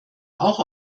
auch